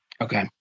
Okay